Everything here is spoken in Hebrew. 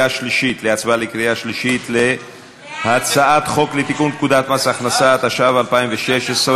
להצבעה בקריאה שלישית על הצעת חוק לתיקון פקודת מס הכנסה (מס' 226),